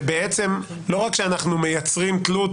שלא רק שאנחנו מייצרים תלות,